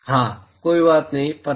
हाँ कोई बात नहीं पता